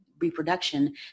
reproduction